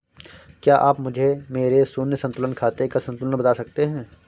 क्या आप मुझे मेरे शून्य संतुलन खाते का संतुलन बता सकते हैं?